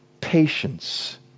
patience